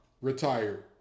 retired